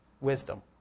wisdom